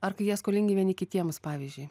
ar kai jie skolingi vieni kitiems pavyzdžiui